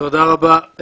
תודה רבה.